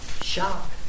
Shock